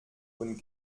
und